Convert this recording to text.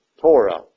Torah